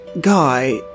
guy